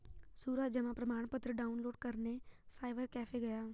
सूरज जमा प्रमाण पत्र डाउनलोड करने साइबर कैफे गया